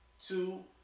Two